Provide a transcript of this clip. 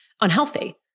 unhealthy